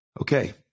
Okay